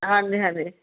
ਹਾਂਜੀ ਹਾਂਜੀ